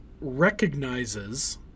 recognizes